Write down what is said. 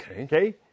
Okay